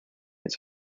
its